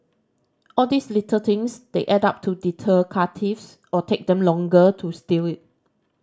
all these little things they add up to deter car thieves or take them longer to steal it